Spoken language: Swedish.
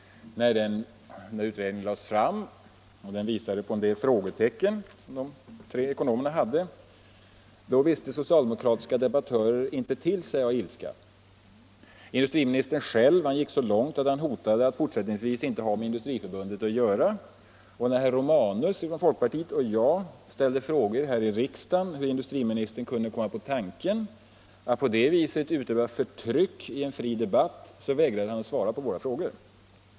När utredningen lades fram och visade på en del frågetecken visste de socialdemokratiska debattörerna inte till sig av ilska. Industriministern själv gick så långt att han hotade att fortsättningsvis inte ha med Industriförbundet att göra. När herr Romanus från folkpartiet och jag ställde frågor i riksdagen hur industriministern kunde komma på tanken att på det viset försöka utöva förtryck i en fri debatt, vägrade han att svara på våra frågor.